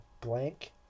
blank